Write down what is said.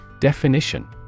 Definition